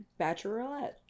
Bachelorette